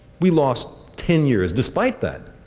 we lost ten years. despite that,